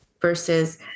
versus